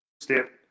step